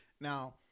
Now